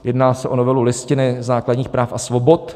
Jedná se o novelu Listiny základních práv a svobod.